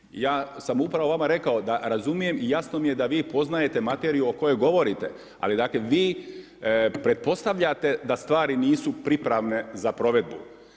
Ja dapače, ja sam upravo vama rekao da razumijem i jasno mi je da vi poznajete materiju o kojoj govorite, ali dakle vi pretpostavljate da stvari nisu pripravne za provedbu.